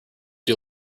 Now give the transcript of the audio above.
due